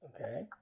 Okay